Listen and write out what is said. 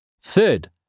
Third